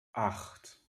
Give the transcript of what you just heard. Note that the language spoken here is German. acht